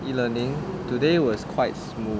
e-learning today was quite smooth